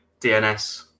DNS